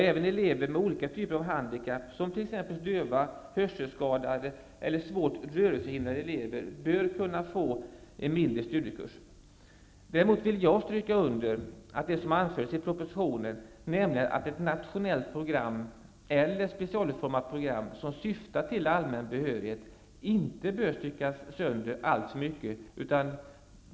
Även elever med olika typer av handikapp, som t.ex. döva, hörselskadade eller svårt rörelsehindrade elever, bör kunna få mindre studiekurs. Däremot vill jag understryka det som anfördes i propositionen, nämligen att ett nationellt program eller specialutformat program som syftar till allmän behörighet inte bör styckas sönder alltför mycket.